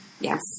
Yes